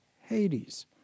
Hades